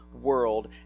world